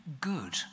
good